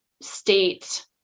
state